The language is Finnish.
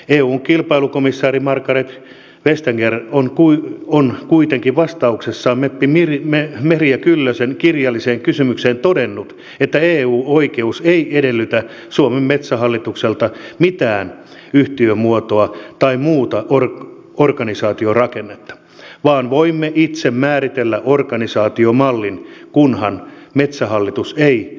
eun kilpailukomissaari margrethe vestager on kuitenkin vastauksessaan meppi merja kyllösen kirjalliseen kysymykseen todennut että eu oikeus ei edellytä suomen metsähallitukselta mitään yhtiömuotoa tai muuta organisaatiorakennetta vaan voimme itse määritellä organisaatiomallin kunhan metsähallitus ei vääristä markkinoita